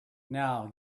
now